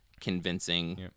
convincing